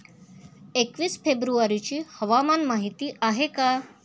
एकवीस फेब्रुवारीची हवामान माहिती आहे का?